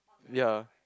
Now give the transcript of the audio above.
ya